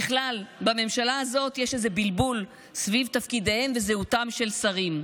בכלל בממשלה הזאת יש איזה בלבול סביב תפקידיהם וזהותם של שרים.